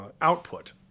output